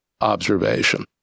observation